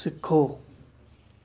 ਸਿੱਖੋ